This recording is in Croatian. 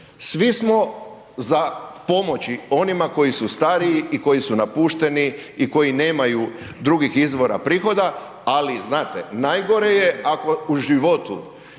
Svi smo za pomoći onima koji su stariji i koji su napušteni i koji nemaju drugih izvora prihoda, ali znate najgore je ako u životu